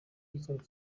gikorwa